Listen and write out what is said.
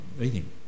eating